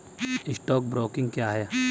Stock broking क्या है?